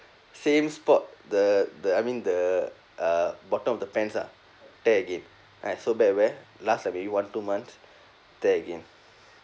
same spot the the I mean the uh bottom of the pants ah tear again and I sew back wear last like maybe one two months tear again